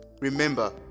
Remember